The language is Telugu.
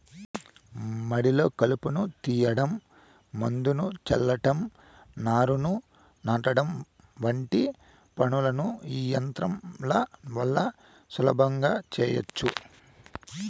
మడిలో కలుపును తీయడం, మందును చల్లటం, నారును నాటడం వంటి పనులను ఈ యంత్రాల వల్ల సులభంగా చేయచ్చు